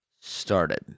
started